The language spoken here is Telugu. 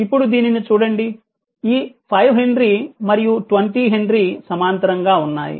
ఇప్పుడు దీనిని చూడండి ఈ 5 హెన్రీ మరియు 20 హెన్రీ సమాంతరంగా ఉన్నాయి